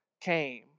came